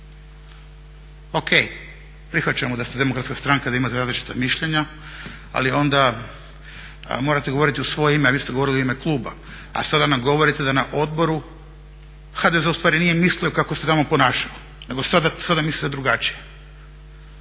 Ok, prihvaćamo da ste demokratska stranka i da imate različita mišljenja ali onda morate govoriti u svoje ime, a vi ste govorili u ime kluba. A sada nam govorite da na odboru HDZ ustvari nije mislio kako se tamo ponašao nego sada misli drugačije.